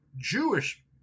Jewish